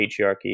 patriarchy